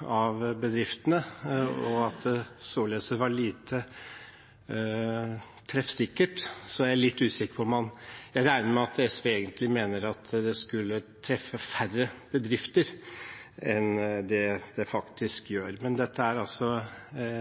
bedriftene, og at det således var lite treffsikkert. Jeg regner med at SV egentlig mener at det skulle treffe færre bedrifter enn det faktisk gjør, men dette er altså